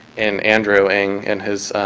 and andrew ing, in his